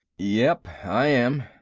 yep, i am,